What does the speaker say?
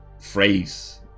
phrase